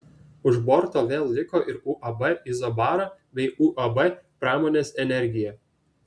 už borto vėl liko ir uab izobara bei uab pramonės energija